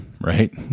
right